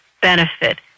benefit